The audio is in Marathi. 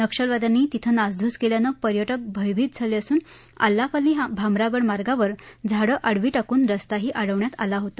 नक्षलवाद्यांनी तिथं नासधूस केल्यानं पर्यटक भयभीत झाले असून आलापल्ली भामरागड मार्गावर झाडे आडवी टाकून रस्ताही अडवण्यात आला होता